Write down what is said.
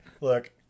look